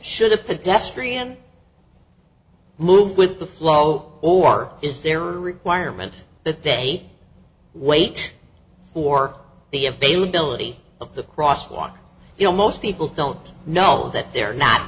pedestrian move with the flow or is there a requirement that they wait for the availability of the crosswalk you know most people don't know that they're not